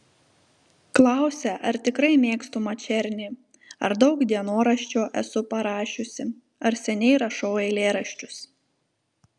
klausia ar tikrai mėgstu mačernį ar daug dienoraščio esu parašiusi ar seniai rašau eilėraščius